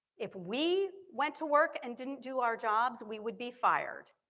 if we went to work and didn't do our jobs, we would be fired.